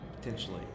potentially